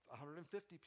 150